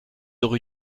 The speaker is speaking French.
rue